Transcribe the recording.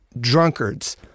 drunkards